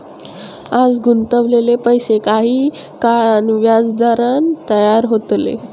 आज गुंतवलेले पैशे काही काळान व्याजदरान तयार होतले